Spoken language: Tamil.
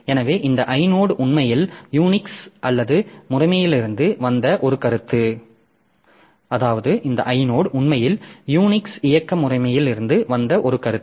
எனவே இந்த ஐனோட் உண்மையில் யூனிக்ஸ் இயக்க முறைமையிலிருந்து வந்த ஒரு கருத்து